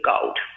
gold